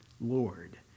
Lord